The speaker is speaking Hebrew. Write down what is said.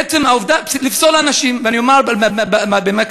עצם העובדה לפסול אנשים, ואני אומר מה כוונתי.